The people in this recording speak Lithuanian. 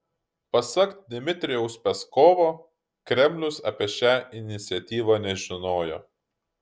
pasak dmitrijaus peskovo kremlius apie šią iniciatyvą nežinojo